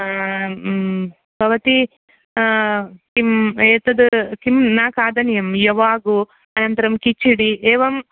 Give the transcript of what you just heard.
भवति किम् एतद् किं न खादनीयं यवागू अनन्तरं किचडि एवं